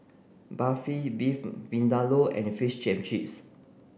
Barfi Beef Vindaloo and Fish Chips